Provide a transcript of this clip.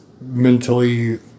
mentally